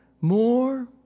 more